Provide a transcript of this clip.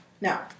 Now